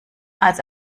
als